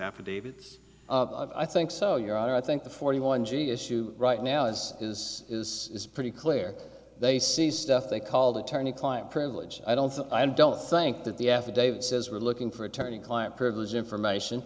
affidavits i think so your honor i think the forty one g issue right now as is is is pretty clear they see stuff they called attorney client privilege i don't i don't think that the affidavit says we're looking for attorney client privilege information